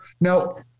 Now